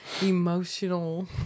emotional